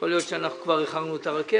ויכול להיות שאנחנו כבר איחרנו את הרכבת.